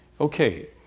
Okay